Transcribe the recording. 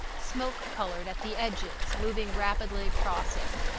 smoke-colored at the edges, moving rapidly across it.